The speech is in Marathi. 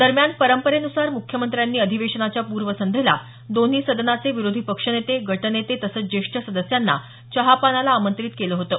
दरम्यान परंपरेनुसार मुख्यमंत्र्यांनी अधिवेशनाच्या पूर्वसंध्येला दोन्ही सदनाचे विरोधी पक्षनेते गटनेते तसंच ज्येष्ठ सदस्यांना चहापानाला आमंत्रित केलं होतं